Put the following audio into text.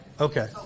Okay